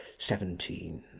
seventeen.